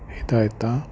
ਹਦਾਇਤਾਂ